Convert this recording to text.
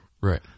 Right